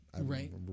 Right